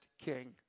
king